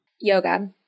Yoga